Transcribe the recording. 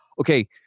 Okay